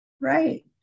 Right